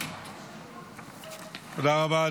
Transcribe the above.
תודה רבה.